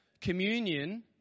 Communion